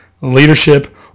leadership